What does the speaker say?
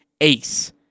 ace